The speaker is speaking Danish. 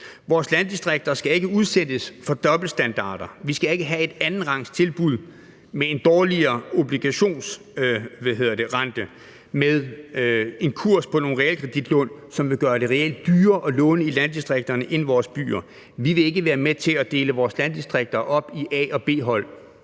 Vores landdistrikter skal ikke udsættes for dobbeltstandarder, vi skal ikke have et andenrangstilbud med en dårligere obligationsrente, med en kurs på nogle realkreditlån, som reelt vil gøre det dyrere at låne i landdistrikterne end i vores byer. Vi vil ikke være med til at dele vores landdistrikter op i A- og B-hold.